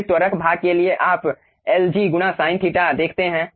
फिर त्वरक भाग के लिए आप L g गुणा sin θ देखते हैं